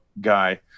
guy